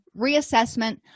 reassessment